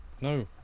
No